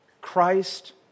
Christ